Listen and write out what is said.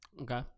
okay